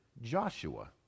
Joshua